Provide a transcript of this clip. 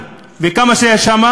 בשנה,